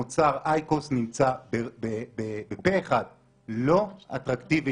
המוצר אייקוס נמצא בפה אחד לא אטרקטיבי